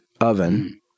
oven